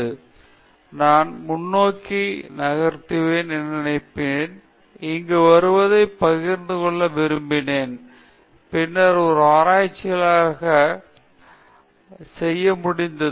மேலும் நான் முன்னோக்கி நகர்த்துவேன் என நினைப்பேன் இங்கு வருவதைப் புரிந்து கொள்ள விரும்பினேன் பின்னர் ஒரு ஆராய்ச்சியாளராக ஆராய்ச்சி செய்ய முடிந்தது